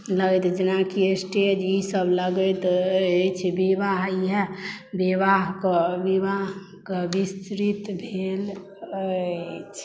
लागैत जेनाकि स्टेज ई सब लगैत अछि विवाह इहए विवाहक विस्तृत भेल अछि